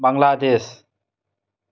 Bangladesh